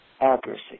Accuracy